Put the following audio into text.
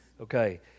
Okay